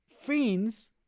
fiends